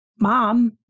mom